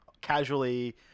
casually